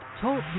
Talk